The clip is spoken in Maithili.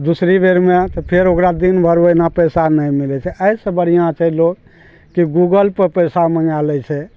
दोसर बेरमे तऽ फेर ओकरा दिन भर ओहिना पैसा नहि मिलै छै एहि से बढ़िआँ छै लोग कि गूगल पर पैसा मँगा लै छै